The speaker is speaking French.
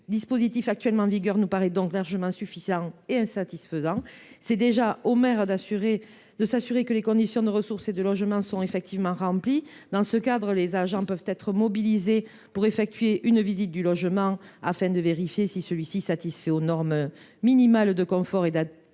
Le dispositif en vigueur nous paraît largement suffisant. Il revient déjà aux maires de s’assurer que les conditions de ressources et de logement sont effectivement remplies. Dans ce cadre, des agents peuvent être mobilisés pour effectuer une visite du logement et vérifier que celui ci satisfait aux normes minimales de confort et d’habitabilité